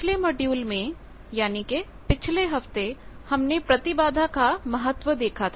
पिछले मॉड्यूल में यानी के पिछले हफ्ते हमने प्रतिबाधा का महत्व देखा था